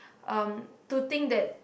um to think that